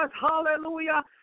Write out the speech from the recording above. hallelujah